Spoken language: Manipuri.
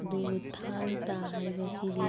ꯑꯗꯨꯕꯨ ꯊꯥꯡ ꯇꯥ ꯍꯥꯏꯕꯁꯤꯗꯤ